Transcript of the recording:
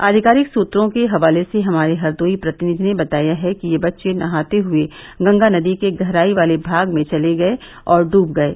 आधिकारिक सूत्रों के हवाले से हमारे हरदोई प्रतिनिधि ने बताया है कि ये बच्चे नहाते हुये गंगा नदी के गहराई वाले भाग में चले गये और डूब गये